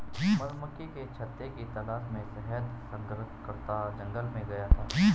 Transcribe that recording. मधुमक्खी के छत्ते की तलाश में शहद संग्रहकर्ता जंगल में गया था